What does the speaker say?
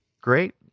great